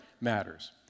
matters